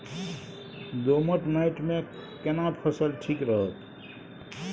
दोमट माटी मे केना फसल ठीक रहत?